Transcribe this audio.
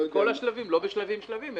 לא בשלבים-שלבים,